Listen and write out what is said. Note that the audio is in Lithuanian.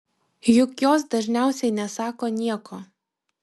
juk jos dažniausiai nesako nieko